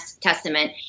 Testament